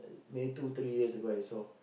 maybe two three years ago I saw